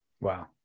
Wow